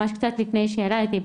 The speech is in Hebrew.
ממש מעט לפני שילדתי,